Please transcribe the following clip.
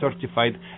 certified